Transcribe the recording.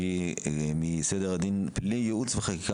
שהיא מסדר הדין הפלילי - ייעוץ וחקיקה,